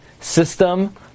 system